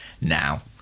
now